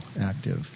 active